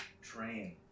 train